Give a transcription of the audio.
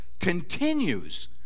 continues